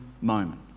moment